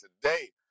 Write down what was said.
today